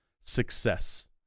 success